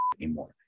anymore